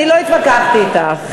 אני לא התווכחתי אתך, חנין.